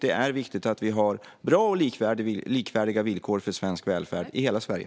Det är viktigt att vi har bra och likvärdiga villkor för svensk välfärd i hela Sverige.